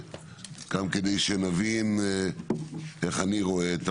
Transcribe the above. גם כדי שנבין איך אני רואה את